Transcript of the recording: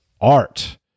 art